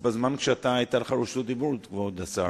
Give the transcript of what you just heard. מי שעולה לאוטובוס משלם 5.5 שקלים או 5.40,